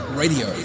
radio